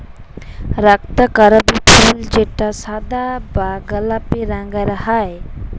রক্তকরবী ফুল যেটা সাদা বা গোলাপি রঙের হ্যয়